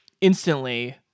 instantly